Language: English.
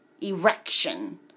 erection